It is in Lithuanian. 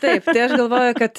taip tai aš galvoju kad